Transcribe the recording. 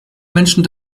menschen